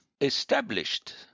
established